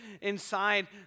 inside